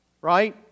Right